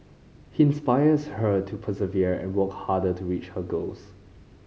he inspires her to persevere and work harder to reach her goals